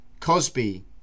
Cosby